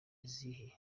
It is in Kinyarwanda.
izihe